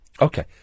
Okay